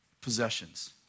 possessions